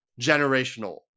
generational